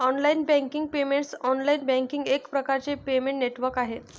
online banking payments online banking एक प्रकारचे payment network आहे